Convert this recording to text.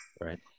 right